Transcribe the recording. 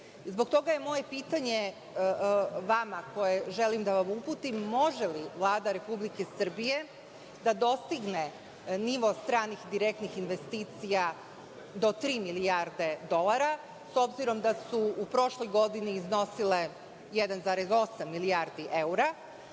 Zbog toga moje pitanje vama koje želim da uputim je može li Vlada Republike Srbije da dostigne nivo stranih direktnih investicija do tri milijarde dolara s obzirom da su u prošloj godini iznosili 1,8 milijardi